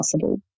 possible